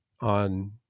on